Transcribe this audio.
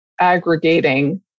aggregating